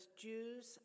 Jews